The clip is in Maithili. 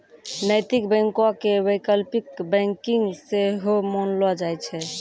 नैतिक बैंको के वैकल्पिक बैंकिंग सेहो मानलो जाय छै